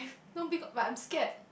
no because but I'm scared